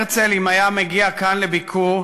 הרצל, אם היה מגיע לכאן לביקור,